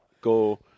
go